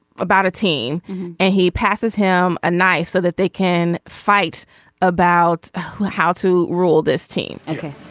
about a team and he passes him a knife so that they can fight about how to rule this team. okay.